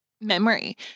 Memory